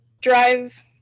drive